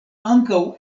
ankaŭ